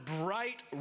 bright